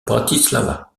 bratislava